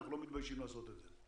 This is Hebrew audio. אנחנו לא מתביישים לעשות את זה.